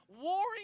warring